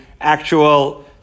actual